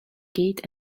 gate